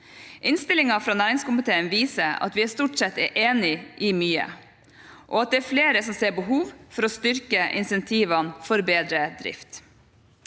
Innstillingen fra næringskomiteen viser at vi stort sett er enige om mye, og at det er flere som ser behov for å styrke insentivene for bedre drift.